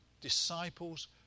Disciples